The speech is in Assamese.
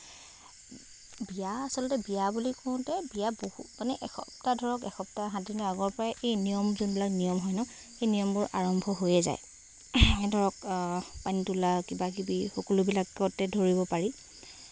বিয়া আচলতে বিয়া বুলি কওঁতে বিয়া বহুত মানে এসপ্তাহ ধৰক এসপ্তাহ সাতদিন আগৰ পৰাই এই নিয়ম যোনবিলাক নিয়ম হয় ন সেই নিয়মবোৰ আৰম্ভ হৈয়ে যায় এই ধৰক পানী তুলা কিবা কিবি সকলোবিলাকতে ধৰিব পাৰি